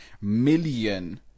million